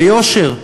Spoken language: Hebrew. ביושר,